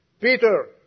Peter